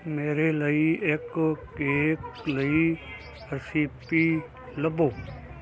ਮੇਰੇ ਲਈ ਇੱਕ ਕੇਕ ਲਈ ਰੈਸਿਪੀ ਲੱਭੋ